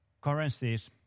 currencies